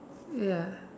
ya